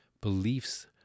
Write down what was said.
beliefs